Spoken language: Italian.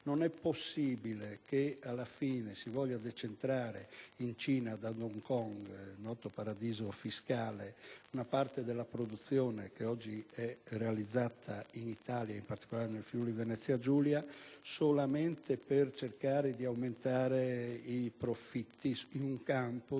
Non è possibile che alla fine si voglia decentrare in Cina, ad Hong Kong, noto paradiso fiscale, una parte della produzione che oggi è realizzata in Italia, in particolare nel Friuli-Venezia Giulia, solamente per cercare di aumentare i profitti in un campo dove